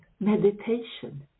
Meditation